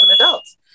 adults